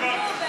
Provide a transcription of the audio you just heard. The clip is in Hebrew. אין דבר כזה.